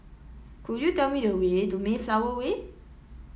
could you tell me the way to Mayflower Way